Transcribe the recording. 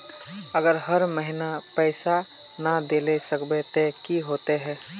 अगर हर महीने पैसा ना देल सकबे ते की होते है?